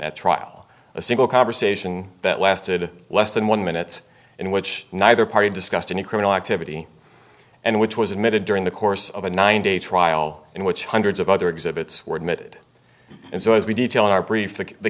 at trial a single conversation that lasted less than one minutes in which neither party discussed any criminal activity and which was admitted during the course of a nine day trial in which hundreds of other exhibits were admitted and so as we detail in our brief the